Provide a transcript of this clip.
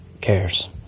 cares